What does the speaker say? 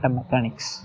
mechanics